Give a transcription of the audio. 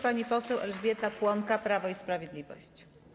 Pani poseł Elżbieta Płonka, Prawo i Sprawiedliwość.